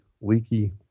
leaky